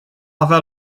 avea